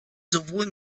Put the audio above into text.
sowohl